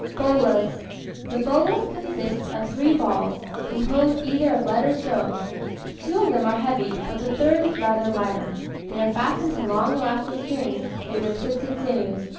bolas the bolas consists of three balls, composed either of lead or stone two of them are heavy, but the third is rather lighter they are fastened to long elastic strings, made of twisted sinews,